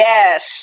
Yes